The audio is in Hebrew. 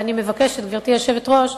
אני מבקשת, גברתי היושבת-ראש,